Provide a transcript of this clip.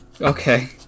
okay